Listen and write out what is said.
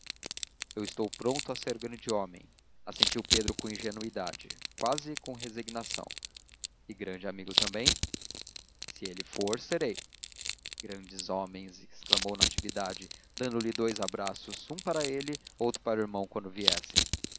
eu estou pronto a ser grande homem assentiu pedro com ingenuidade quase com resignação e grande amigo também se ele for serei grandes homens exclamou natividade dando-lhe dous abraços um para ele outro para o irmão quando viesse